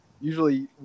usually